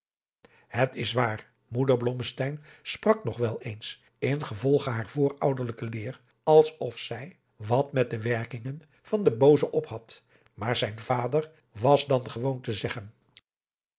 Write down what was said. het is waar moeder blommesteyn sprak nog wel eens ingevolge hare voorouderlijke leer als of zij wat met de werkingen van den boozen op had maar zijn vader was dan gewoon te zeggen